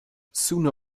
sooner